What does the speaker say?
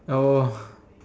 oh